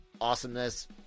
awesomeness